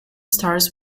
stars